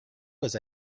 was